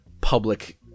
public